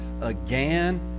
again